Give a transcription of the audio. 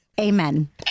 Amen